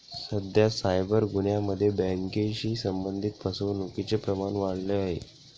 सध्या सायबर गुन्ह्यांमध्ये बँकेशी संबंधित फसवणुकीचे प्रमाण वाढले आहे